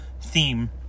theme